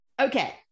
Okay